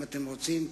אם אתם רוצים,